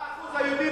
מה היה אחוז